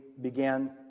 began